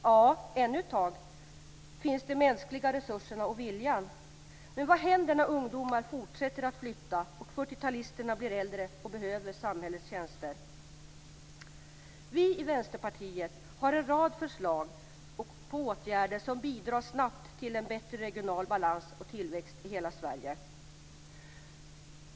Ja, ännu ett tag finns de mänskliga resurserna och viljan. Vad händer när ungdomar fortsätter att flytta och fyrtiotalisterna blir äldre och behöver samhällets tjänster? Vi i Vänsterpartiet har en rad förslag på åtgärder som snabbt bidrar till en bättre regional balans och tillväxt i hela Sverige.